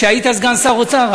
כשהיית סגן שר האוצר,